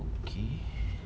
okay